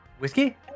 Whiskey